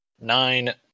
nine